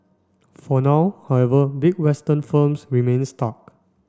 for now however big Western firms remain stuck